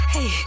Hey